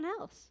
else